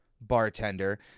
bartender